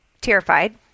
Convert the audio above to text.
terrified